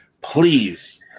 please